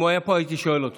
אם הוא היה פה הייתי שואל אותו